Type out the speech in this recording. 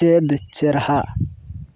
ᱪᱮᱫ ᱪᱮᱨᱦᱟ